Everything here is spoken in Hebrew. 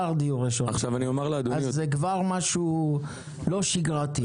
זה כבר משהו לא שגרתי.